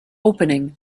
opening